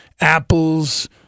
apples